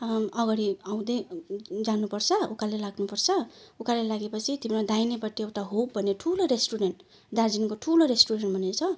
अगाडि आउँदै जानुपर्छ उकालो लाग्नुपर्छ उकालो लागेपछि तिम्रो दाहिनेपट्टि एउटा होप भन्ने ठुलो रेस्टुरेन्ट दार्जिलिङको ठुलो रेस्टुरेन्ट भन्ने छ